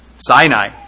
Sinai